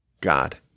God